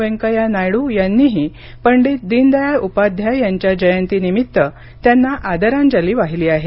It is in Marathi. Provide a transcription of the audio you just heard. वेंकय्या नायडू यांनीही पंडीत दीनदयाळ उपाध्याय यांच्या जयंतीनिमित्त त्यांना आदरांजली वाहिली आहे